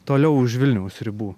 toliau už vilniaus ribų